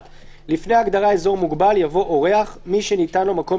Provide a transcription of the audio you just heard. (1)לפני ההגדרה "אזור מוגבל" יבוא: ""אורח" מי שניתן לו מקום